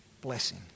blessing